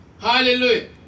Hallelujah